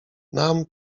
nam